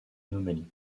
anomalie